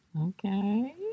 Okay